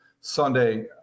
Sunday